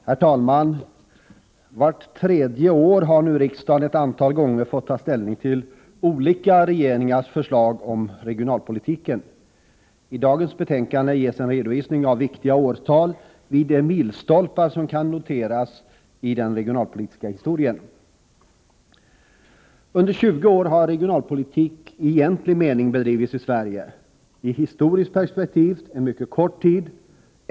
Herr talman! Vart tredje år har riksdagen ett antal gånger fått ta ställning till olika regeringars förslag om regionalpolitik. I dagens betänkande ges en redovisning av viktiga årtal för de milstolpar som kan noteras i den regionalpolitiska historien. Under 20 år har regionalpolitik i egentlig mening bedrivits i Sverige. I historiskt perspektiv är det en mycket kort tid.